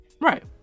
Right